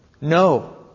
No